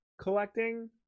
collecting